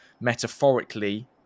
metaphorically